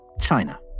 China